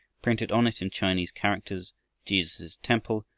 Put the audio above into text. printed on it in chinese characters jesus' temple,